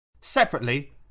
Separately